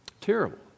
Terrible